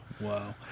Wow